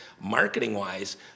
marketing-wise